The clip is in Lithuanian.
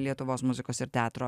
lietuvos muzikos ir teatro